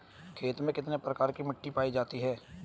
खेतों में कितने प्रकार की मिटी पायी जाती हैं?